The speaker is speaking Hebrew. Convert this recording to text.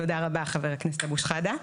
תודה רבה חבר הכנסת אבו שחאדה.